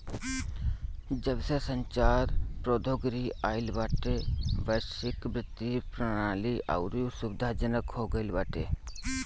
जबसे संचार प्रौद्योगिकी आईल बाटे वैश्विक वित्तीय प्रणाली अउरी सुविधाजनक हो गईल बाटे